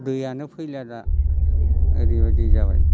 दैयानो फैलिया दा ओरैबायदि जाबाय